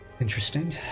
Interesting